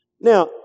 Now